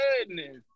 goodness